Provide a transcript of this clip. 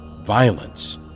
violence